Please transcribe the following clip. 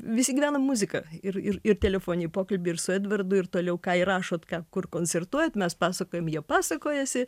visi gyvenam muzika ir ir ir telefoniniai pokalbiai ir su edvardu ir toliau ką įrašot ką kur koncertuojat mes pasakojam jie pasakojasi